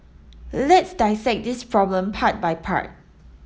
let's dissect this problem part by part